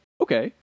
okay